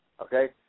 Okay